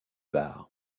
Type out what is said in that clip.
bar